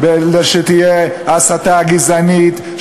שתהיה הסתה גזענית,